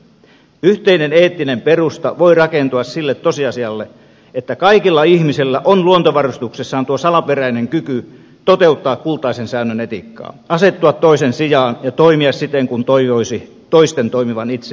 yhteinen eettinen perusta voi rakentua sille tosiasialle että kaikilla ihmisillä on luontovarustuksessaan tuo salaperäinen kyky toteuttaa kultaisen säännön etiikkaa asettua toisen sijaan ja toimia siten kuin toivoisi toisten toimivan itseään kohtaan